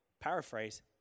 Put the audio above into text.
Paraphrase